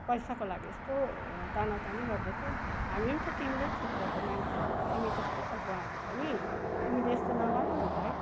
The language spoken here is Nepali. पैसाको लागि एस्तो तानातानी गर्दैछौ हामी पनि त तिम्रै क्षेत्रको मान्छे हो तिमी जस्तै त हो हामी पनि तिमीले यस्तो नगर न भाइ